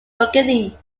burgundy